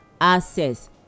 access